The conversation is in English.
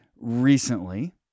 recently